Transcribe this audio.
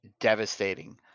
devastating